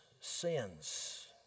sins